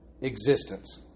existence